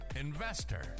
investor